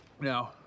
No